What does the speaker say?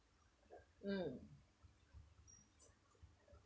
mm